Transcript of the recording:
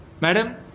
madam